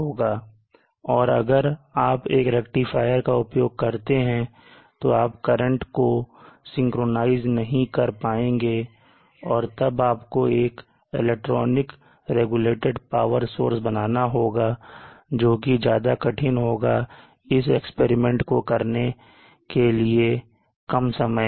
और अगर आप एक रेक्टिफायर का उपयोग करते हैं तो आप करंट को सिंक्रोनाइज नहीं कर पाएंगे और तब आपको एक इलेक्ट्रॉनिक रेगुलेटेड पावर सोर्स बनाना होगा जोकि ज्यादा कठिन होगा इस एक्सपेरिमेंट को करने के लिए कम समय में